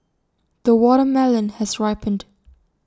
the watermelon has ripened